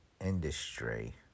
industry